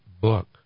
book